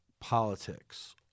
politics